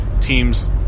teams